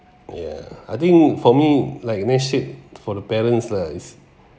ya I think for me like nesh said for the parents lah is